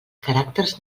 caràcters